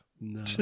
no